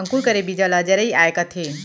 अंकुर करे बीजा ल जरई आए कथें